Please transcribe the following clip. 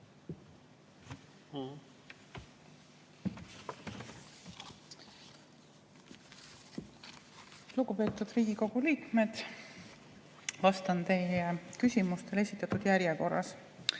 Lugupeetud Riigikogu liikmed! Vastan teie küsimustele esitatud järjekorras.